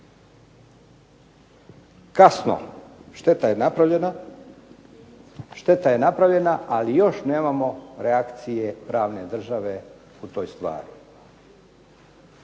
Kasno, šteta je napravljena ali još nemamo reakcije pravne države u toj stvari.